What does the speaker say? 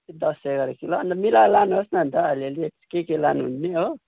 दस एघार किलो अनि त मिलाएर लानुहोस् न अनि त अलि अलि के के लानुहुने हो